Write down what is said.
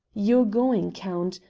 your going, count,